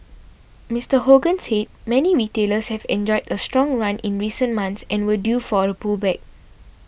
Mister Hogan said many retailers have enjoyed a strong run in recent months and were due for a pullback